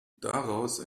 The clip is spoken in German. daraus